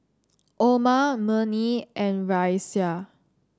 Omar Murni and Raisya